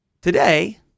today